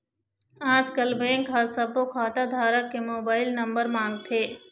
आजकल बेंक ह सब्बो खाता धारक के मोबाईल नंबर मांगथे